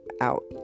out